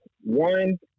One